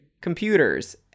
computers